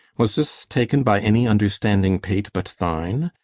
was this taken by any understanding pate but thine?